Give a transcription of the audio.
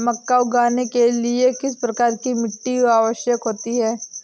मक्का उगाने के लिए किस प्रकार की मिट्टी की आवश्यकता होती है?